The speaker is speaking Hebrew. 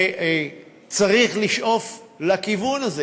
וצריך לשאוף לכיוון הזה.